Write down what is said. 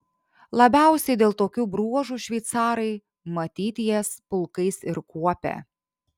labiausiai dėl tokių bruožų šveicarai matyt jas pulkais ir kuopia